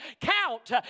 count